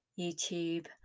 YouTube